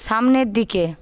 সামনের দিকে